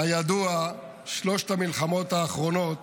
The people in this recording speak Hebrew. כידוע, שלוש המלחמות האחרונות